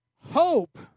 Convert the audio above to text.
Hope